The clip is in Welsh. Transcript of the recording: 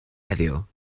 heddiw